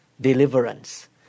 deliverance